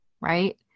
Right